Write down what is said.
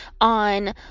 on